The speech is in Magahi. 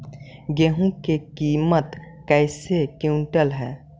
गेहू के किमत कैसे क्विंटल है?